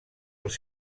els